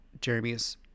Jeremy's